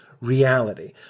reality